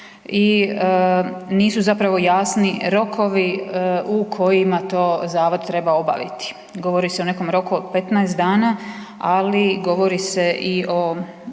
i nisu zapravo jasni rokovi u kojima to Zavod treba obaviti. Govori se o nekom roku od 15 dana, ali govori se i o